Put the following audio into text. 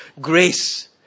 Grace